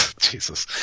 Jesus